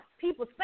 people